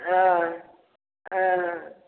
हँ हँ